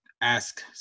ask